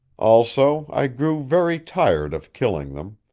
also, i grew very tired of killing them.